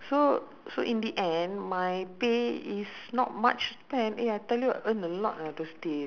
you know tuas side eh always they pay very high as compared to working in the town area